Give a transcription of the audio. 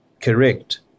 Correct